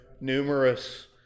numerous